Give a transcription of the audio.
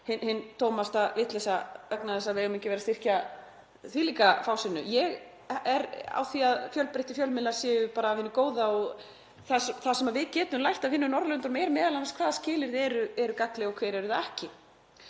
hin tómasta vitleysa vegna þess að við eigum ekki að vera styrkja þvílíka fásinnu. Ég er á því að fjölbreytileiki fjölmiðla sé bara af hinu góða. Það sem við getum lært af hinum Norðurlöndunum er m.a. hvaða skilyrði eru gagnleg og hver eru það ekki.